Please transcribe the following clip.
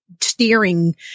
steering